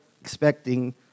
expecting